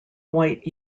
white